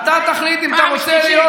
אתה תחליט אם אתה רוצה להיות